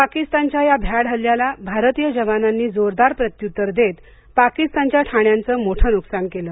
पाकिस्तानच्या या भ्याड हल्ल्याला भारतीय जवानांनी जोरदार प्रत्युत्तर देत पाकिस्तानच्या ठाण्यांचं मोठं नुकसान केलं